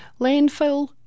landfill